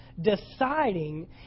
deciding